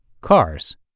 cars